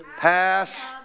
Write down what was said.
Pass